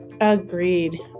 Agreed